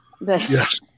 yes